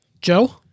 Joe